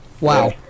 Wow